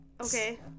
Okay